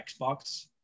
Xbox